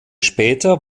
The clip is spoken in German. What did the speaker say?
später